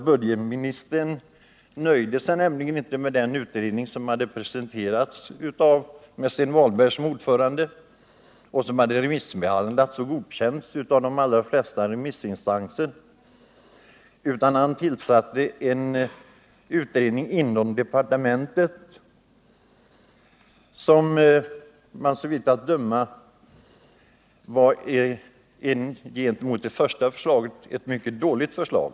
Budgetministern nöjde sig nämligen inte med den utredning med Sten Walberg som ordförande vars betänkande hade remissbehandlats och godkänts av de allra flesta remissinstanserna, utan han tillsatte en utredning inom departementet. Denna presenterade ett jämfört med det första förslaget av allt att döma mycket dåligt förslag.